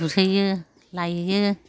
गुरहैयो लाइयो